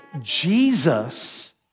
Jesus